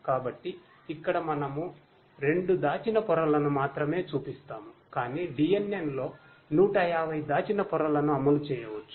కాబట్టి ఇక్కడ మనము 2 దాచిన పొరలను మాత్రమే చూపిస్తాము కాని DNN లో 150 దాచిన పొరలను అమలు చేయవచ్చు